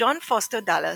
ג'ון פוסטר דאלס,